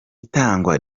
itangwa